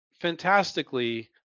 fantastically